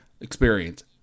experience